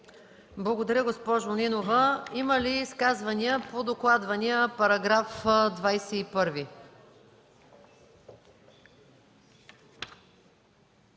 Благодаря, госпожо Нинова. Има ли изказвания по докладвания § 21?